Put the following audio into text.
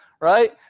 right